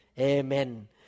Amen